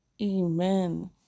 amen